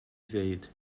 ddweud